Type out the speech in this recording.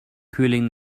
cooling